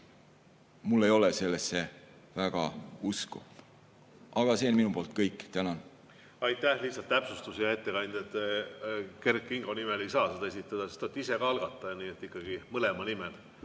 mul ei ole sellesse väga usku. Aga see on minu poolt kõik. Tänan! Aitäh! Lihtsalt täpsustus, hea ettekandja, et te Kert Kingo nimel ei saa seda esitleda, sest te olete ise ka algataja, nii et ikkagi mõlema nimel.